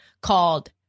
called